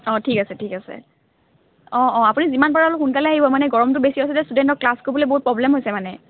অঁ ঠিক আছে ঠিক আছে অঁ অঁ আপুনি যিমান পাৰে অলপ সোনকালে আহিব মানে গৰমটো বেছি আছে যে ইষ্টুডেণ্টক ক্লাছ কৰিবলৈ বহুত প্ৰব্লেম হৈছে মানে